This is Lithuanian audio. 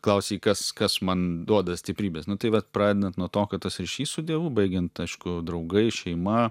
klausei kas kas man duoda stiprybės nu tai vat pradedant nuo to kad tas ryšys su dievu baigiant aišku draugai šeima